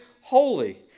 holy